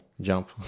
Jump